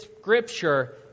scripture